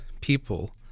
people